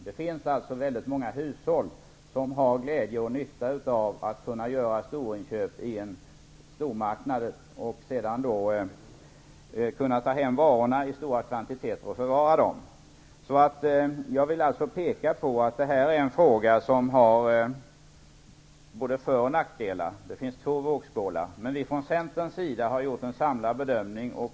Det finns väldigt många hushåll som har glädje och nytta av att kunna göra storköp i en stormarknad, ta hem varorna i stora kvantiteter och förvara dem. Det finns som sagt både för och nackdelar. Det finns två vågskålar, och vi har från centerns sida gjort en samlad bedömning.